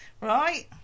right